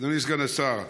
אדוני סגן השר,